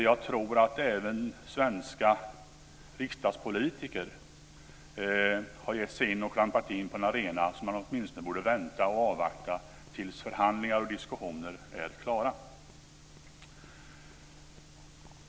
Jag tror att även svenska riksdagspolitiker har klampat in på en arena som man borde vänta och avvakta med tills förhandlingar och diskussioner är klara.